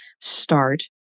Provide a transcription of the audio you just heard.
start